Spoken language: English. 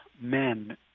men